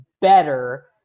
better